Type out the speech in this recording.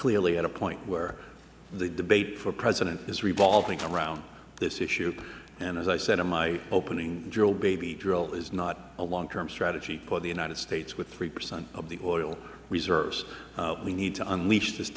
clearly at a point where the debate for president is revolving around this issue and as i said in my opening drill baby drill is not a long term strategy for the united states with three percent of the oil reserves we need to unleash this